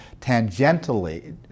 tangentially